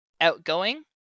Outgoing